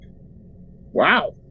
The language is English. Wow